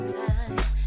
time